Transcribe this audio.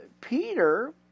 Peter